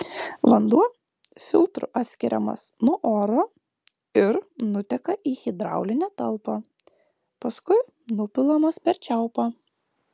vanduo filtru atskiriamas nuo oro ir nuteka į hidraulinę talpą paskui nupilamas per čiaupą